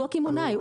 הוא הקמעונאי,